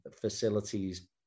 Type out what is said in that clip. facilities